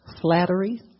Flattery